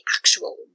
actual